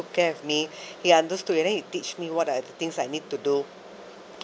care of me he understood and then he teach me what are the things I need to do